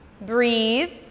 breathe